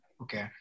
Okay